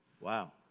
Wow